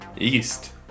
East